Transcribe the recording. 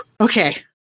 Okay